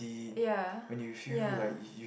ya ya